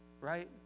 Right